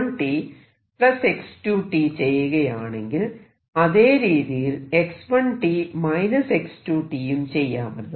x1 x2 ചെയ്യുകയാണെങ്കിൽ അതെ രീതിയിൽ x1 x2 യും ചെയ്യാമല്ലോ